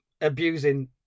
abusing